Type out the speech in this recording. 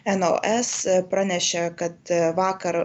en o es pranešė kad vakar